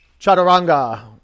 chaturanga